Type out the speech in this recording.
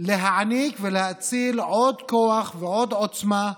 להעניק ולהאציל עוד כוח ועוד עוצמה למדינה,